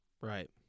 Right